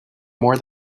more